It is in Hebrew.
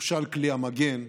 וחושל כלי המגן,